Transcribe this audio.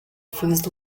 fins